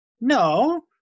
No